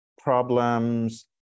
problems